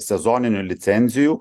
sezoninių licencijų